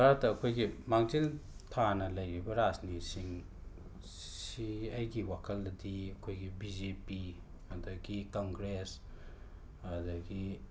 ꯚꯥꯔꯠꯇ ꯑꯩꯈꯣꯏꯒꯤ ꯃꯥꯡꯖꯤꯜ ꯊꯥꯅ ꯂꯩꯔꯤꯕ ꯔꯥꯖꯅꯤꯁꯤꯡꯁꯤ ꯑꯩꯒꯤ ꯋꯥꯈꯜꯗꯗꯤ ꯑꯩꯈꯣꯏꯒꯤ ꯕꯤ ꯖꯦ ꯄꯤ ꯑꯗꯒꯤ ꯀꯪꯒ꯭ꯔꯦꯁ ꯑꯗꯒꯤ